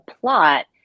plot